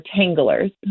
tanglers